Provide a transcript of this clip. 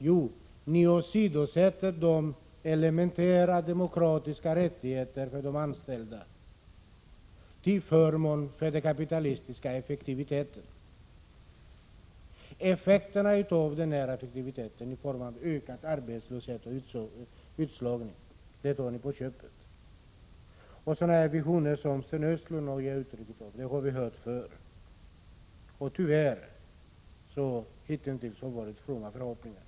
Jo, ni åsidosätter de elementära demokratiska rättigheterna för de anställda till förmån för den kapitalistiska effektiviteten. Följderna av den effektiviteten i form av ökad arbetslöshet och utslagning tar ni på köpet. Sådana här visioner som Sten Östlund har gett uttryck åt har vi hört förr. Tyvärr har de hitintills alltid varit fromma förhoppningar.